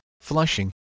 flushing